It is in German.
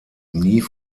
nie